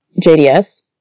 JDS